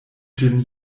ĝin